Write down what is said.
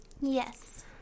Yes